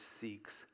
seeks